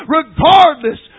regardless